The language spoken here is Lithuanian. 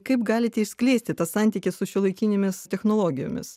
kaip galite išskleisti tą santykį su šiuolaikinėmis technologijomis